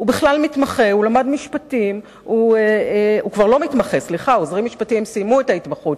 עוזרים משפטיים הם לא מתמחים